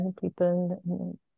people